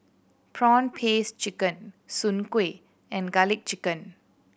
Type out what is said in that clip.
prawn paste chicken Soon Kueh and Garlic Chicken